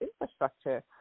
infrastructure